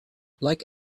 like